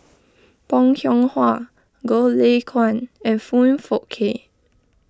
Bong Hiong Hwa Goh Lay Kuan and Foong Fook Kay